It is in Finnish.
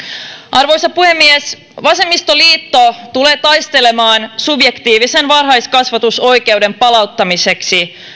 arvoisa puhemies vasemmistoliitto tulee taistelemaan subjektiivisen varhaiskasvatusoikeuden palauttamiseksi